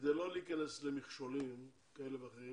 כדי לא להיכנס למכשולים כאלה ואחרים